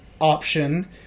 option